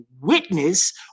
witness